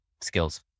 skills